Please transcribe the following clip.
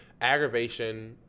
aggravation